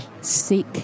seek